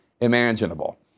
imaginable